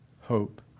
hope